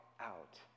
out